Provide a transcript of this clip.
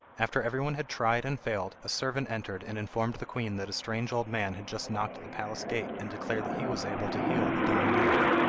after everyone had tried and failed a servant entered and informed the queen that a strange old man had just knocked at the palace gate and declared that he was able to heal the dying youth.